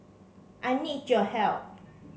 I need your help